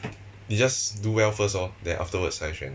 你 just do well first lor then afterwards 才选